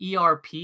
ERP